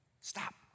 stop